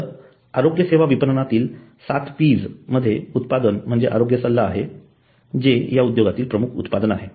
तर आरोग्य सेवा विपणनातील सात Ps यामध्ये उत्पादन म्हणजे आरोग्य सल्ला आहे जे या उद्योगातील मुख्य उत्पादन आहे